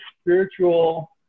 spiritual